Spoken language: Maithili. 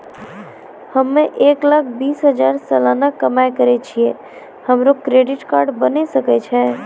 हम्मय एक लाख बीस हजार सलाना कमाई करे छियै, हमरो क्रेडिट कार्ड बने सकय छै?